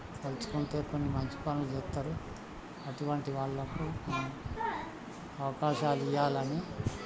తలుచుకుంటే కొన్ని మంచి పనులు చేస్తారు అటువంటి వాళ్ళకు అవకాశాలు ఇవ్వాలని